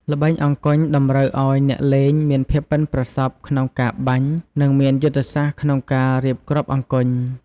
ល្បែងអង្គញ់តម្រូវឲ្យអ្នកលេងមានភាពប៉ិនប្រសប់ក្នុងការបាញ់ និងមានយុទ្ធសាស្ត្រក្នុងការរៀបគ្រាប់អង្គញ់។